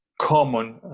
common